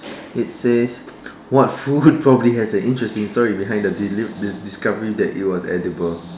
it says what food probably has an interesting story behind the deli~ the the discovery that it was edible